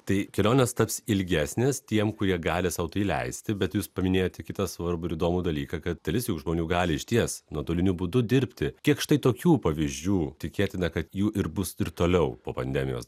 tai kelionės taps ilgesnės tiem kurie gali sau tai leisti bet jūs paminėjote kitą svarbų ir įdomų dalyką kad dalis juk žmonių gali išties nuotoliniu būdu dirbti kiek štai tokių pavyzdžių tikėtina kad jų ir bus ir toliau po pandemijos